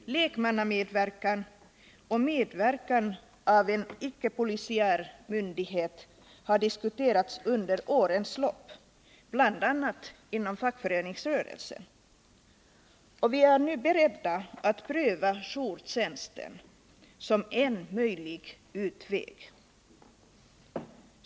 Lekmannamedverkan och medverkan av en ickepolisiär myndighet har diskuterats under årens lopp bl.a. inom fackföreningsrörelsen, och vi är nu beredda att pröva jourtjänsten som en möjlig utväg.